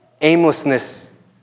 aimlessness